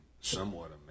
somewhat